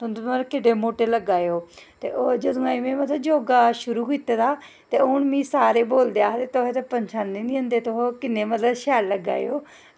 तुंदे पर केड्डे मोटे लग्गा दे ओ तोे जदुंआ दा में मतलब योगा शुरू कीते दा ते हून मिगी सारे आखदे हून ते तुस पंछाने निं जंदे तुस किन्ने मतलब शैल लग्गा दे ओ